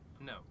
No